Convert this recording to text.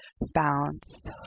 bounce